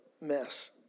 mess